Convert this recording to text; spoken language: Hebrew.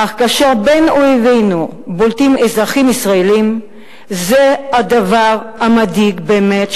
אך כאשר בין אויבינו בולטים אזרחים ישראלים זה הדבר המדאיג באמת,